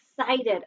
excited